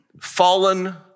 Fallen